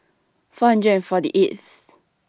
four hundred and forty eighth